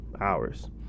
hours